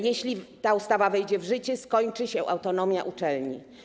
Jeśli ta ustawa wejdzie w życie, skończy się autonomia uczelni.